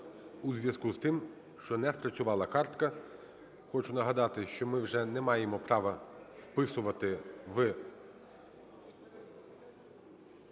у зв'язку з тим, що не спрацювала картка. Хочу нагадати, що ми вже не маємо права вписувати в